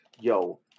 yo